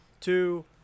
two